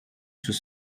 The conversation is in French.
sous